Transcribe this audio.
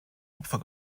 opfer